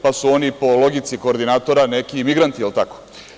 Pa su oni, po logici koordinatora, neki migranti, je li tako?